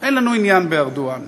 אין לנו עניין בארדואן.